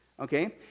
Okay